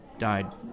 died